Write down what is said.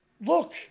look